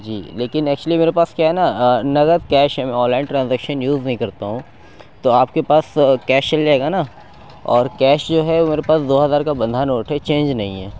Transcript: جی لیکن اکچولی میرے پاس کیا ہے نا نقد کیش ہے میں آن لائن ٹرانزیکشن یوز نہیں کرتا ہوں تو آپ کے پاس کیش چل جائے گا نا اور کیش جو ہے وہ میرے پاس دو ہزار کا بندھا نوٹ ہے چینج نہیں ہے